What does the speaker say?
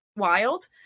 wild